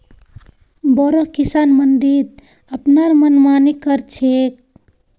बोरो किसान मंडीत अपनार मनमानी कर छेक